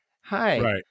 hi